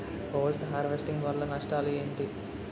Post harvesting వల్ల నష్టాలు ఏంటి?